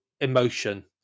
emotion